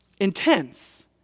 intense